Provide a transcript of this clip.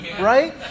right